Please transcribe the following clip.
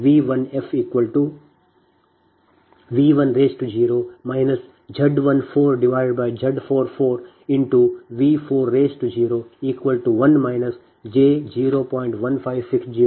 ಆದ್ದರಿಂದ V1fV10 Z14Z44V401